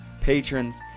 patrons